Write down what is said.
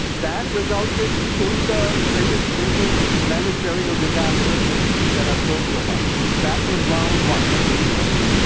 that resulted in the greatest business managerial disaster in the history that i've told you about. that was round one. fool me once.